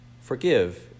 Forgive